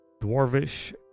Dwarvish